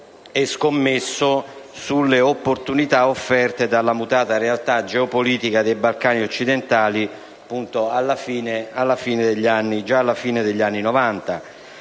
e scommesso sulle opportunità offerte dalla mutata realtà geopolitica dei Balcani occidentali già alla fine degli anni Novanta.